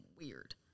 weird